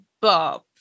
bob